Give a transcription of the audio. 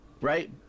right